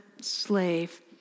slave